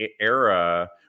era